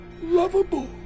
lovable